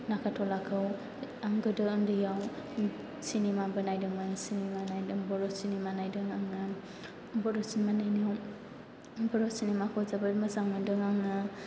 नागारट'लाखौ आं गोदो उन्दैयाव सिनेमाबो नायदोंमोन सिनेमा नायदों बर' सिनेमा नायदों आङो बर' सिनेमा नायनायाव बर' सिनेमाखौ जोबोर मोजां मोनदों आङो